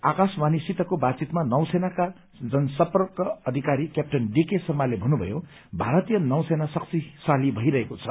आकाशवाणीसितको बातचितमा नौसेनाका जनसम्पर्क अधिकारी क्याप्टन डीके शर्माले भत्रुमयो कि भारतीय नौसेना शक्तिशाली भइरहेको छ